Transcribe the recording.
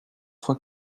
fois